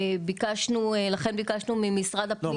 לכן ביקשנו ממשרד הפנים.